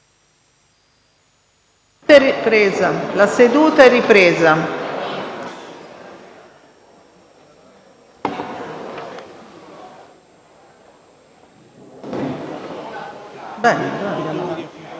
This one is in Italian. La seduta è ripresa.